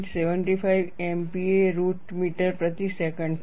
75 MPa root metre પ્રતિ second છે